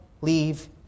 leave